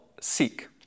Seek